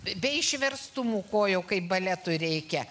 be išverstumų kojų kaip baletui reikia